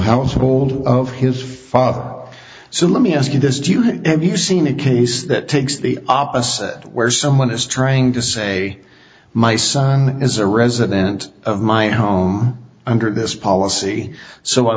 household of his father so let me ask you this to you and you've seen a case that takes the opposite where someone is trying to say my son is a resident of my home i'm sure this policy so i